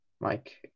Mike